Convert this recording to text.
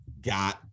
got